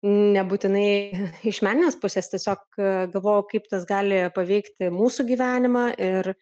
nebūtinai iš meninės pusės tiesiog galvojau kaip tas gali paveikti mūsų gyvenimą ir